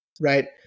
right